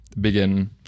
begin